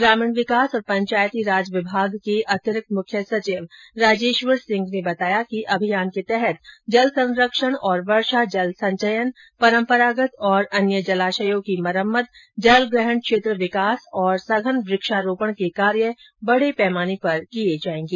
ग्रामीण विकास और पंचायती राज विभाग के अतिरिक्त मुख्य सचिव राजेश्वर सिंह ने बताया कि अभियान के तहत जल संरक्षण और वर्षा जल संचयन परम्परागत और अन्य जलाशयों की मरम्मत जलग्रहण क्षेत्र विकास और सघन व्रक्षारोपण के कार्य बड़े पैमाने पर किये जायेगें